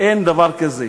אין דבר כזה.